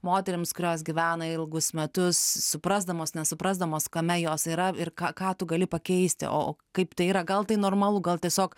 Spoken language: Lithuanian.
moterims kurios gyvena ilgus metus suprasdamos nesuprasdamos kame jos yra ir ką ką tu gali pakeisti o kaip tai yra gal tai normalu gal tiesiog